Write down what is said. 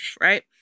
Right